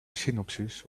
synopsis